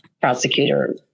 prosecutor